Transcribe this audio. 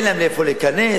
אין להם לאן להיכנס,